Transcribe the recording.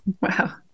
Wow